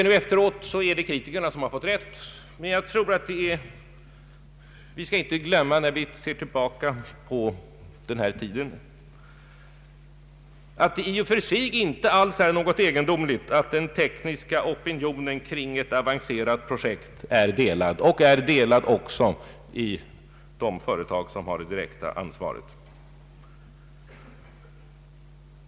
Nu efteråt kan sägas att kritikerna har fått rätt, men vi bör inte glömma, när vi ser tillbaka på denna tid, att det i och för sig inte alls är någonting egendomligt att den tekniska opinionen kring ett avancerat projekt är delad, också i de företag som har det direkta ansvaret.